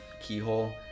keyhole